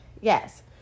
Yes